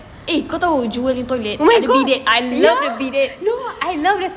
eh kau tahu jewel nya toilet ada bidet I love the bidet